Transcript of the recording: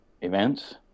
events